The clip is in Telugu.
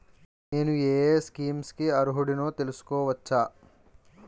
నేను యే యే స్కీమ్స్ కి అర్హుడినో తెలుసుకోవచ్చా?